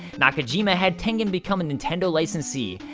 nakajima had tengen become a nintendo licensee,